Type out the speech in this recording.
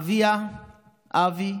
אביה אבי,